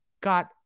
got